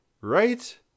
right